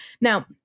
Now